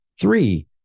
Three